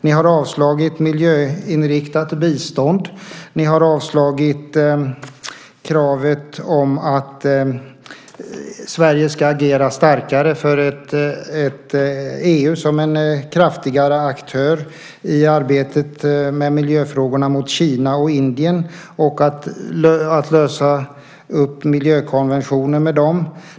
Ni har avslagit förslag om miljöinriktat bistånd. Ni har avslagit kravet om att Sverige ska agera starkare för ett EU som en kraftigare aktör i arbetet med miljöfrågorna mot Kina och Indien och frågan om miljökonventionen.